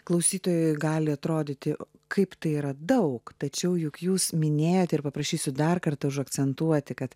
klausytojui gali atrodyti kaip tai yra daug tačiau juk jūs minėjote ir paprašysiu dar kartą užakcentuoti kad